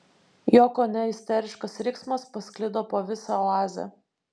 jo kone isteriškas riksmas pasklido po visą oazę